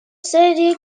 سری